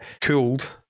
cooled